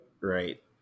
Right